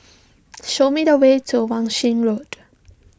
show me the way to Wan Shih Road